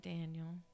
Daniel